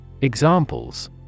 Examples